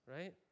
right